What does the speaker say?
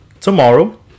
tomorrow